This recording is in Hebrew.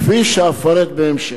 כפי שאפרט בהמשך.